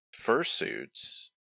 fursuits